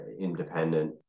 independent